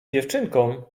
dziewczynkom